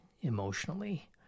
emotionally